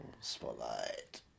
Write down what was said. Spotlight